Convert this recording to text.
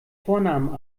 vornamen